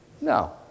No